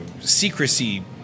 secrecy